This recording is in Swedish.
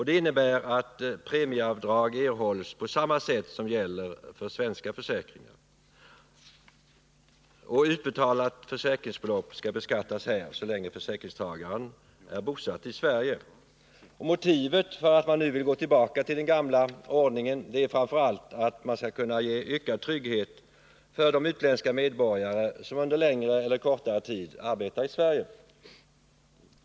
Det innebär att premieavdrag erhålls på samma sätt som för svenska försäkringar och att utbetalade försäkringsbelopp skall beskattas här så länge försäkringstagaren är bosatt i Sverige. Motivet för att gå tillbaka till den gamla ordningen är framför allt att man vill ge ökad trygghet åt de utländska medborgare som under längre eller kortare tid arbetar i Sverige.